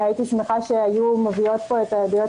הייתי שמחה שהיו מביאות כאן את העדויות